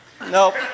Nope